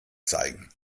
zeigen